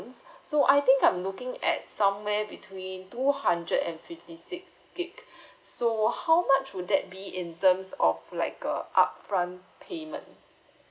so I think I'm looking at somewhere between two hundred and fifty six gig so how much would that be in terms of like a upfront payment